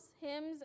hymns